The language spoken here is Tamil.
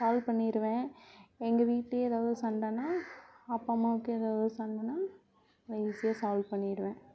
சால்வ் பண்ணிடுவேன் எங்கள் வீட்டிலியே எதாவது சண்டைனா அப்பாம்மாவுக்கு எதாவது சண்டைனா நான் ஈஸியாக சால்வ் பண்ணிடுவேன்